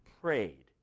prayed